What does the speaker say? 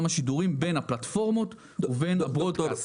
השידורים בין הפלטפורמות ובין ברודקאסט.